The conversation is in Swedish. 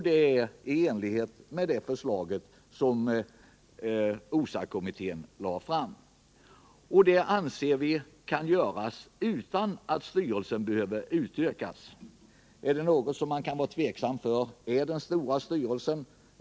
Detta är i enlighet med förslaget som OSA-kommittén lade fram. Och vi anser att detta kan göras utan att styrelsen behöver utökas. Om det är något som man kan vara tveksam inför, så är det den stora styrelsen.